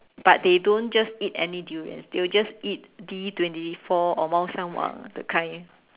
but they don't just eat any durian they will just eat D twenty four or Maoshan-Wang that kind